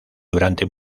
durante